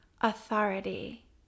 authority